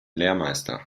lehrmeister